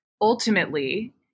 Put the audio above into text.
ultimately